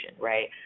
right